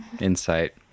insight